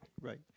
Right